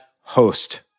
host